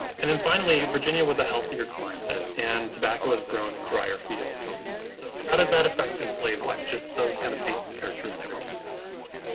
and then finally virginia was a healthier climate and tobacco was grown in drier fields. so how does that affect enslaved life, just those kind of basic characteristics of tobacco?